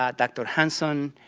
ah dr. hansen,